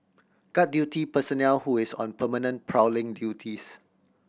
guard duty personnel who is on permanent prowling duties